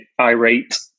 irate